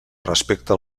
respecte